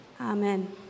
Amen